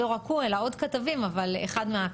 לא רק הוא אלא עוד כתבים, אבל אחד מהכתבים.